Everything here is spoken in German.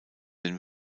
den